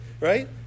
right